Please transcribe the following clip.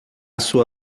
sua